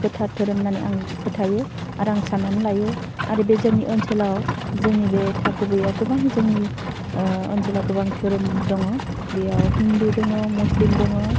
गोथार धोरोम होन्नानै आं फोथायो आरो आं सान्नानै लायो आरो बे जोंनि ओनसोलाव जोंनि बे थागुबैयाव गोबां जोंनि ओह ओनसोलाव गोबां धोरोम दङ बेयाव हिन्दु दङ मुस्लिम दङ